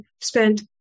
spent